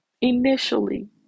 initially